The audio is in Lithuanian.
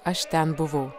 aš ten buvau